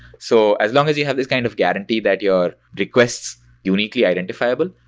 so as long as you have this kind of guarantee that your requests uniquely identifiable,